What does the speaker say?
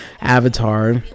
avatar